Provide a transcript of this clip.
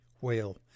whale